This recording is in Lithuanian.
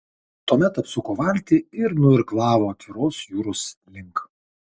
tuomet apsuko valtį ir nuirklavo atviros jūros link